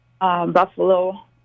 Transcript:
Buffalo